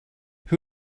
who